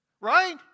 Right